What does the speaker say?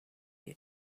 you